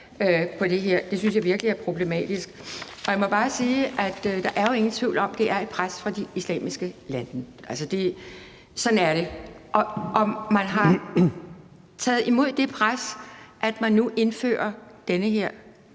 det synes jeg virkelig er problematisk. Jeg må bare sige, at der jo ikke er nogen tvivl om, at det er et pres fra de islamiske landes side. Sådan er det. Man har taget imod det pres, at man nu indfører den her